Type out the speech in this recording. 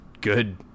good